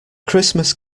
christmas